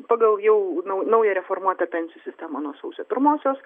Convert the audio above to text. pagal jau nau naują reformuotą pensijų sistemą nuo sausio pirmosios